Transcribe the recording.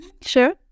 Sure